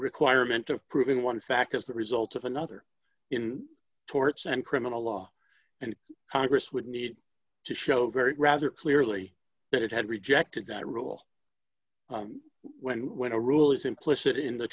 requirement of proving one fact as the result of another in torts and criminal law and congress would need to show very rather clearly that it had rejected that rule when when a rule is implicit in the